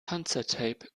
panzertape